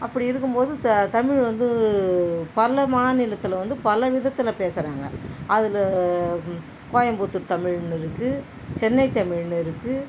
அப்படி இருக்கும் போது தமிழ் வந்து பல மாநிலத்தில் வந்து பல விதத்தில் பேசுகிறாங்க அதில் கோயம்புத்தூர் தமிழ்னு இருக்கு சென்னைத் தமிழ்னு இருக்கு